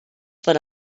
per